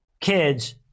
kids